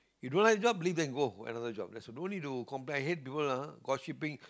you don't like the job leave and go for another job there's no need to compare hate people ah got shipping